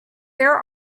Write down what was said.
their